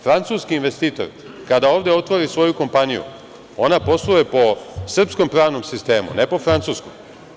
Francuski investitor kada ovde otvori svoju kompaniju, ona posluje po srpskom pravnom sistemu, a ne po Francuskom.